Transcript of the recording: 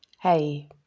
Hey